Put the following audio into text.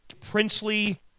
princely